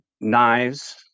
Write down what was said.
knives